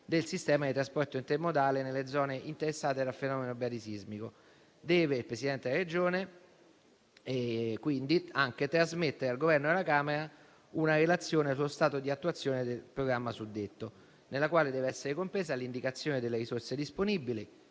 del sistema di trasporto intermodale nelle zone interessate dal fenomeno bradisismico. Il Presidente della Regione deve trasmettere al Governo e alle Camere una relazione sullo stato di attuazione del suddetto programma, nella quale deve essere compresa l'indicazione delle risorse disponibili,